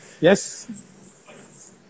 yes